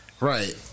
Right